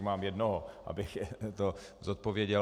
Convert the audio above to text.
Mám jednoho, abych to zodpověděl.